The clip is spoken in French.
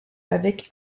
avec